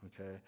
okay